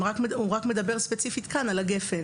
הוא רק מדבר על הגפ"ן, ספציפית כאן.